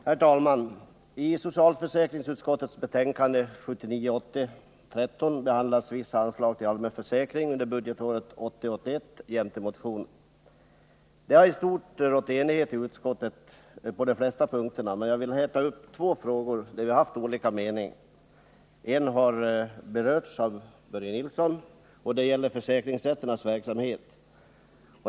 Herr talman! I socialförsäkringsutskottets betänkande 1979 81. Det har i stort sett rått enighet i utskottet på de flesta punkterna, men jag vill här ta upp två frågor där vi haft olika meningar. En har berörts av Börje Nilsson, och den gäller försäkringsrätternas verksamhet.